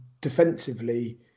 defensively